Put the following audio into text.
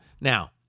Now